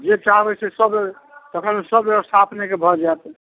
जे चाहबै से सब तखन सब बेबस्था अपनेके भऽ जैत